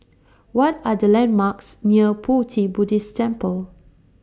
What Are The landmarks near Pu Ti Buddhist Temple